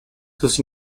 sus